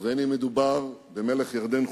ובין אם מדובר במלך ירדן חוסיין,